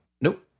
Nope